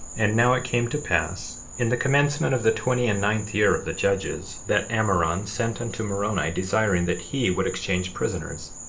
and now it came to pass in the commencement of the twenty and ninth year of the judges, that ammoron sent unto moroni desiring that he would exchange prisoners.